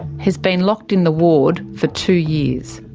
he's been locked in the ward for two years.